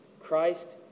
Christ